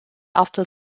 after